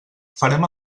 farem